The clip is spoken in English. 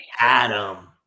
Adam